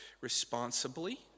responsibly